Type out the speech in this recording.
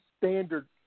standard